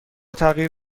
تغییر